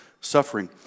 suffering